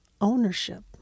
ownership